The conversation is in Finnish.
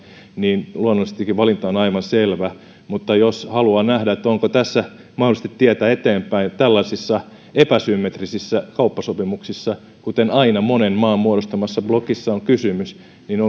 niin luonnollisestikin valinta on aivan selvä mutta jos haluaa nähdä onko mahdollisesti tietä eteenpäin tällaisissa epäsymmetrisissä kauppasopimuksissa mistä aina monen maan muodostamassa blokissa on kysymys